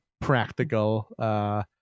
practical